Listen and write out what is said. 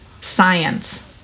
science